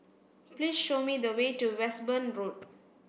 please show me the way to Westbourne Road